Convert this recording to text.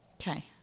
Okay